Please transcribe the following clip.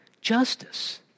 justice